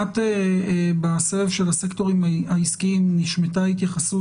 בסבב של הסקטורים העסקיים נשמטה התייחסות